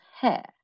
hair